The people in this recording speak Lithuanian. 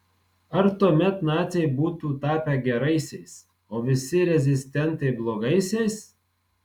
ar tuomet naciai būtų tapę geraisiais o visi rezistentai blogaisiais